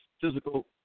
physical